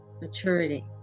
maturity